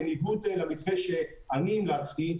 בניגוד למתווה שאני המלצתי,